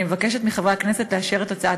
אני מבקשת מחברי הכנסת לאשר את הצעת